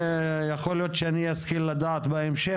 יכול להיות שאני אשכיל לדעת בהמשך,